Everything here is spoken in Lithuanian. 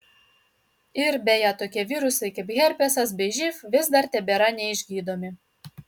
ir beje tokie virusai kaip herpesas bei živ vis dar tebėra neišgydomi